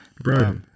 bro